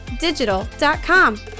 digital.com